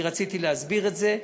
רציתי להסביר את זה.